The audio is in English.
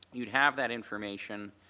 you'd have that information.